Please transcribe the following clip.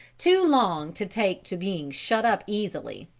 too long to take to being shut up easily.